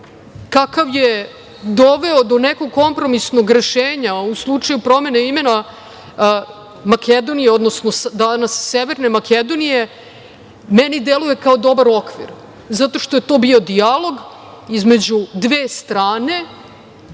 kakav je doveo do nekog kompromisnog rešenja u slučaju promene imena Makedonije, odnosno danas Severne Makedonije, meni deluje kao dobar okvir, zato što je to bio dijalog između dve strane